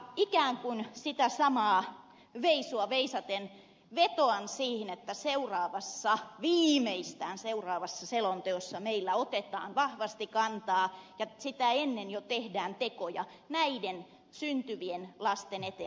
ikään kuin sitä samaa veisua veisaten vetoan siihen että viimeistään seuraavassa selonteossa meillä otetaan vahvasti kantaa ja sitä ennen jo tehdään tekoja näiden syntyvien lasten eteen